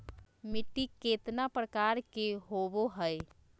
मिट्टी केतना प्रकार के होबो हाय?